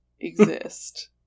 exist